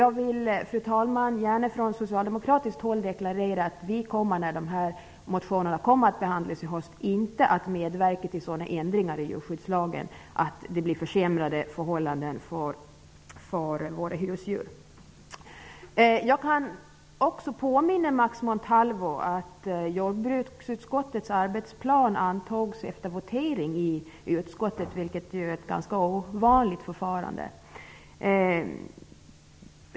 Jag vill från socialdemokratiskt håll deklarera att när motionerna skall behandlas i höst kommer vi inte att medverka till sådana ändringar i djurskyddslagen att det blir försämrade förhållande för våra husdjur. Jag kan påminna Max Montalvo att jordbruksutskottets arbetsplan antogs efter votering i utskottet. Det är ett ovanligt förfarande.